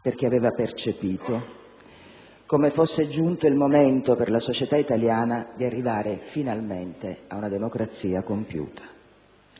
perché aveva percepito come fosse giunto il momento per la società italiana di arrivare finalmente ad una democrazia compiuta.